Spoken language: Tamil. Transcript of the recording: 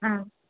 ஆ